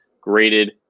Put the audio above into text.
graded